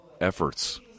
efforts